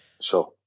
Sure